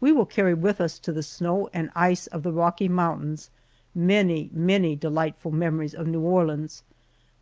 we will carry with us to the snow and ice of the rocky mountains many, many delightful memories of new orleans